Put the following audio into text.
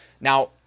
now